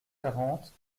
quarante